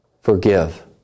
forgive